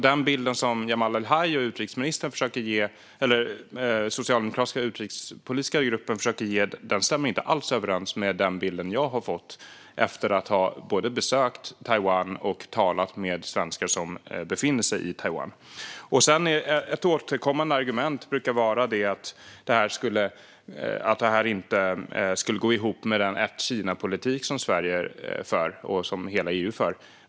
Den bild som Jamal El-Haj och den socialdemokratiska utrikespolitiska gruppen försöker ge stämmer inte alls med den bild jag har fått efter att ha både besökt Taiwan och talat med svenskar som befinner sig i Taiwan. Ett återkommande argument brukar vara att det här inte går ihop med den ett-Kina-politik som Sverige och hela EU för.